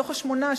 מתוך השמונה,